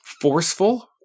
forceful